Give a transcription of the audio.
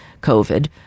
COVID